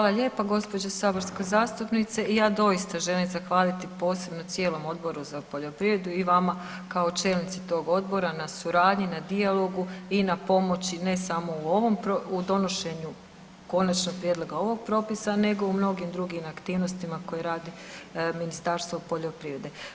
Hvala lijepa gospođo saborska zastupnice, ja doista želim zahvaliti posebno cijelom Odboru za poljoprivredu i vama kao čelnici tog odbora na suradnji, na dijalogu i na pomoći ne samo u ovom, u donošenju konačnog prijedloga ovog propisa, nego u mnogim drugim aktivnostima koje radi Ministarstvo poljoprivrede.